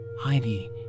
Heidi